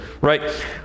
right